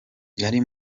yari